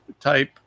type